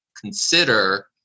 consider